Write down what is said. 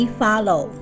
follow